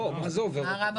לא, מה זה עובר אוטומטי?